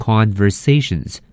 Conversations